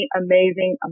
amazing